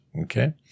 okay